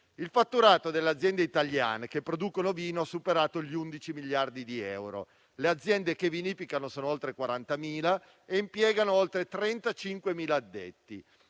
Il fatturato delle aziende italiane che producono vino ha superato gli 11 miliardi di euro, le aziende che vinificano sono oltre 40.000 e impiegano oltre 35.000 addetti.